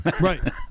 Right